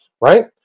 right